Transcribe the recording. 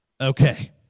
okay